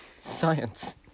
Science